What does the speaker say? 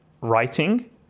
writing